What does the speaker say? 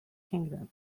kingdom